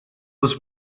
was